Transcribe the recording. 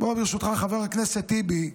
בוא, ברשותך, חבר הכנסת טיבי,